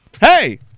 Hey